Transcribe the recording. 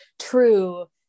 true